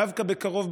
דווקא בקרוב,